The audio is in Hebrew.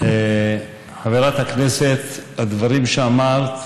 חברת הכנסת, הדברים שאמרת